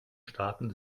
staaten